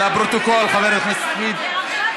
לפרוטוקול, חברת הכנסת סויד נמנעה.